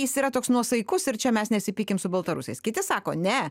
jis yra toks nuosaikus ir čia mes nesipykim su baltarusiais kiti sako ne